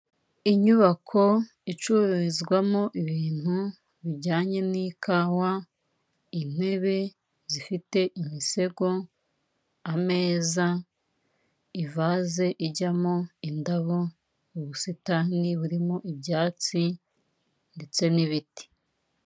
Inyubako icururizwamo ibintu bijyanye n'ikawa, intebe zifite imisego, ameza, ivase ijyamo indabo, ubusitani burimo ibyatsi, ndetse n'ibiti.